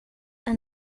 han